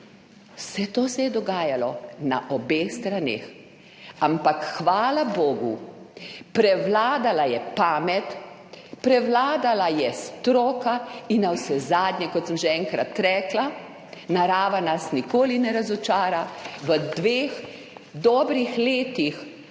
Vse to se je dogajalo – na obeh straneh. Ampak hvala bogu, prevladala je pamet, prevladala je stroka in navsezadnje, kot sem že enkrat rekla, narava nas nikoli ne razočara, v dveh dobrih letih